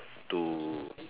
to